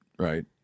Right